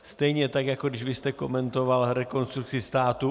Stejně tak, jako když vy jste komentoval Rekonstrukci státu.